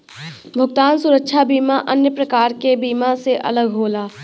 भुगतान सुरक्षा बीमा अन्य प्रकार के बीमा से अलग होला